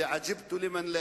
(נושא דברים בשפה